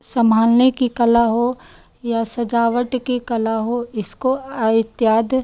सम्भालने की कला हो या सज़ावट की कला हो इसको इत्यादि